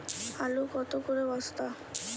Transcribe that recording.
আলু কত করে বস্তা?